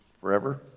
forever